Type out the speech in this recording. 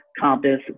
Compass